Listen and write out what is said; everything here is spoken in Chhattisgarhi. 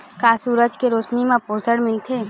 का सूरज के रोशनी म पोषण मिलथे?